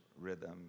rhythm